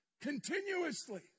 continuously